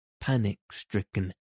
panic-stricken